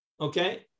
Okay